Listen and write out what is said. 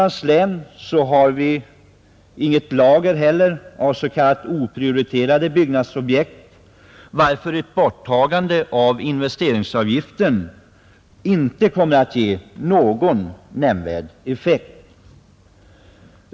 Något lager av oprioriterade byggnadsobjekt existerar inte varför ett borttagande av investeringsavgiften inte kommer att ge nämnvärd effekt.